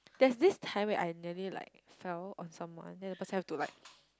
there's this time where I nearly like fell on someone then the person have to like